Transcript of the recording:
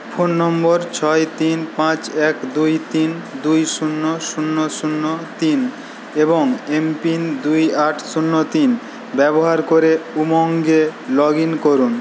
phone number ছয় তিন পাঁচ এক দুই তিন দুই শূন্য শূন্য শূন্য তিন এবং এমপিন দুই আট শূন্য তিন ব্যবহার করে উমঙ্গে লগ ইন করুন